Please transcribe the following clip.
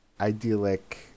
idyllic